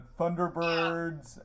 Thunderbirds